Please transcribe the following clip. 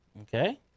Okay